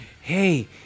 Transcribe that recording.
Hey